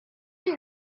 you